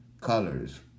colors